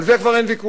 על זה כבר אין ויכוח.